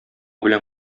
белән